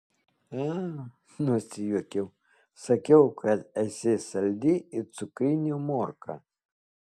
a nusijuokiau sakiau kad esi saldi it cukrinė morka